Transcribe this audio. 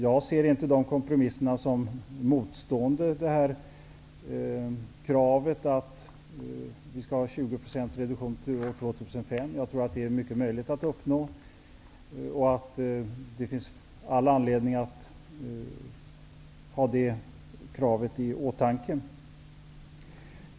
Jag ser inte dessa kompromisser som stående mot kravet på 20 % reduktion till år 2005. Jag tror att det är mycket möjligt att uppnå det målet. Det finns all anledning att ha det kravet i åtanke.